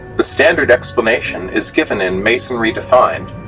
the standard explanation is given in masonry defined,